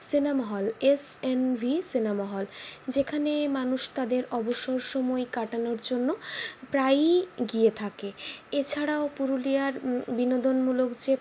cinema hall SNV cinema hall যেখানে মানুষ তাদের অবসর সময় কাটানোর জন্য প্রায়ই গিয়ে থাকে এছাড়াও পুরুলিয়ার বিনোদনমূলক যে